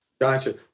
Gotcha